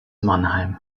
mannheim